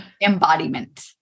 embodiment